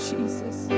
Jesus